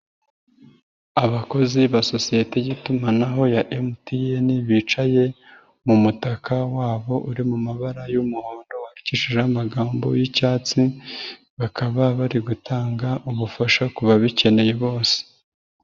Abakozi ba sosiyete y'itumanaho ya MTN, bicaye mu mutaka wabo uri mu mabara y'umuhondo, wandikishijeho amagambo y'icyatsi, bakaba bari gutanga ubufasha ku babikeneye bose.